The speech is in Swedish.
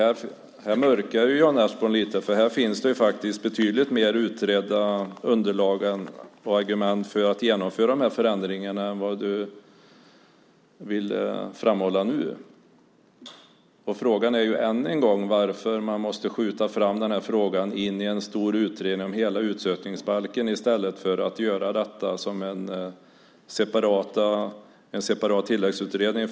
Här mörkar Jan Ertsborn lite, för här finns faktiskt betydligt mer underlag och argument för att genomföra dessa förändringar än vad han vill framhålla. Frågan är än en gång varför man måste skjuta in denna fråga i en stor utredning om hela utsökningsbalken i stället för att göra detta som en separat tilläggsutredning.